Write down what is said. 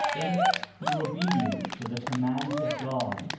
if, through obedience to the commands of god,